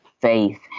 faith